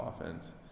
offense